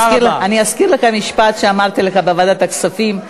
אני אזכיר לך משפט שאמרתי לך בוועדת הכספים,